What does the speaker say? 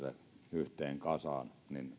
yhteen kasaan